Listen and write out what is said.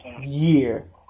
year